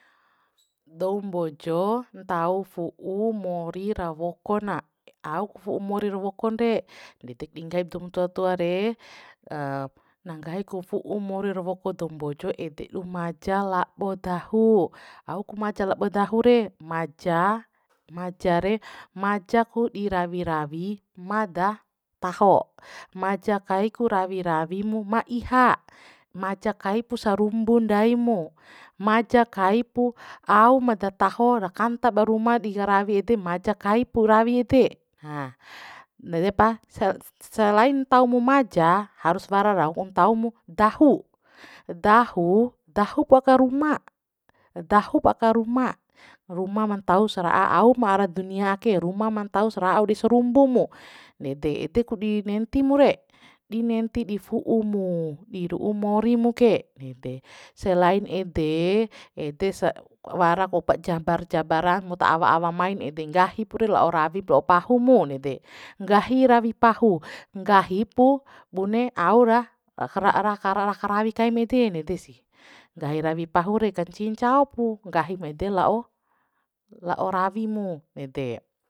Dou mbojo ntau fu'u mori ra woko na eau ku fu'u morir wokon re ndedek di nggahi doum tua tua re na nggahi ku fu'u morir woko dou mbojo ede du maja labo dahu au ku maja labo dahu re maja maja re maja ku di rawi rawi ma da taho maja kai ku rawi rawi mu ma iha maja kai pu sarumbun ndai mu maja kai pu au ma dataho ra kanta ba ruma di rawi ede maja kai pu rawi ede nede pa se selain ntau mu maja harus wara rau ntau mu dahu dahu dahu po aka ruma dahup aka ruma ruma ma ntau sara'a auma ara dunia ake ruma ma ntausa ra'a au dei sarumbu mu nede ede ku di nenti mu re di nenti di fu'u mu di ru'u mori mu ke nede selain ede ede sa wara ku paja jabaran mu ta awa awa main ede nggahi pu re lao rawip lao pahu mu nede nggahi rawi pahu nggahi pu bune au ra kara karawi kaim ede nede sih nggahi rawi pahu re ka ncihi ncao pu nggahim ede lao la'o rawi mu ede